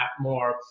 more